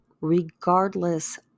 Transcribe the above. regardless